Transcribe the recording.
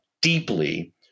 deeply